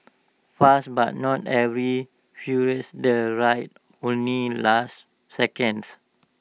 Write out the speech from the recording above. fast but not every furious the ride only lasted seconds